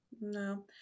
no